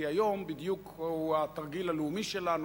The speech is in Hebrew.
כי היום הוא בדיוק יום התרגיל הלאומי שלנו,